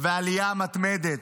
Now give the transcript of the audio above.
ובעלייה מתמדת.